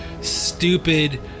stupid